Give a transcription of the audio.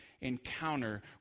encounter